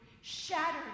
shattered